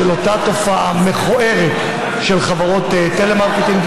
של אותה תופעה מכוערת של חברות טלמרקטינג,